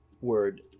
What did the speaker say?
Word